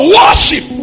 worship